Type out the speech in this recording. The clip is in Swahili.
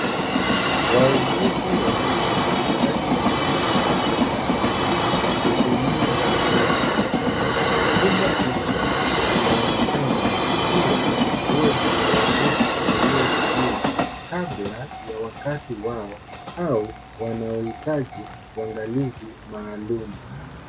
Wauguzi wawili ndani ya chumba cha hospitali wakihudumia watoto wachanga. Chumba hicho kinaonekana kuwa wodi ya watoto waliozaliwa kabla ya wakati wao au wanaohitaji uangalizi maalumu.